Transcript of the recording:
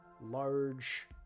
large